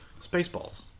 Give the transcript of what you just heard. Spaceballs